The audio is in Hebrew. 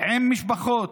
עם משפחות,